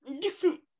different